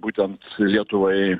būtent lietuvai